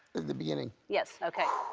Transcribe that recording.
the beginning. yes. okay.